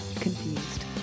confused